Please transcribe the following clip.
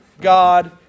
God